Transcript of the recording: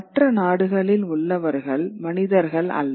மற்ற நாடுகளில் உள்ளவர்கள் மனிதர்கள் அல்லர்